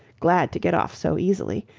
glad to get off so easily,